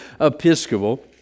Episcopal